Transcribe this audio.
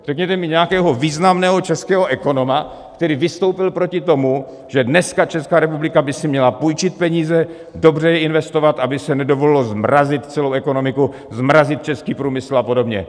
Řekněte mi nějakého významného českého ekonoma, který vystoupil proti tomu, že dneska Česká republika by si měla půjčit peníze, dobře je investovat, aby se nedovolilo zmrazit celou ekonomiku, zmrazit český průmysl a podobně.